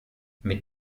mit